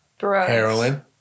heroin